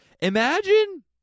Imagine